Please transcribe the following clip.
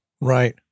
Right